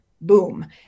Boom